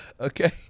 Okay